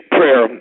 prayer